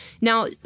now